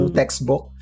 textbook